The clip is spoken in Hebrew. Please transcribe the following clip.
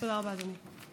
תודה רבה, אדוני.